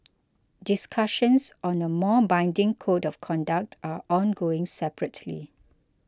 discussions on a more binding Code of Conduct are ongoing separately